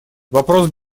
вопрос